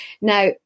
Now